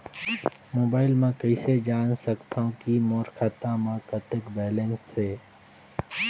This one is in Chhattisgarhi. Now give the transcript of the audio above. मोबाइल म कइसे जान सकथव कि मोर खाता म कतेक बैलेंस से?